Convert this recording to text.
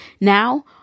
Now